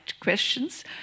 questions